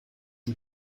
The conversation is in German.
mit